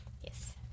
yes